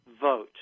vote